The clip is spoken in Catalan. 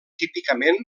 típicament